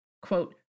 quote